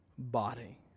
body